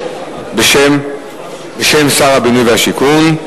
בשם שר הבינוי והשיכון.